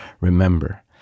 Remember